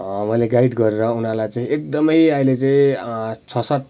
मैले गाइड गरेर उनीहरूलाई चाहिँ एकदमै अहिले चाहिँ छ सात